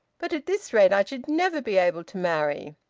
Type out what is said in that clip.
but at this rate i should never be able to marry!